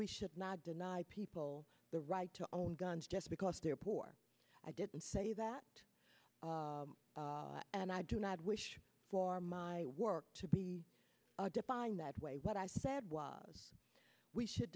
we should not deny people the right to own guns just because they're poor i didn't say that and i do not wish for my work to be defined that way what i said was we should